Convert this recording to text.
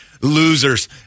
losers